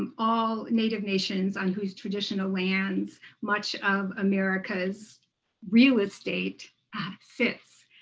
um all native nations on whose traditional lands much of america's real estate sits.